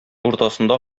уртасында